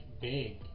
big